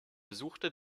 besuchte